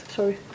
Sorry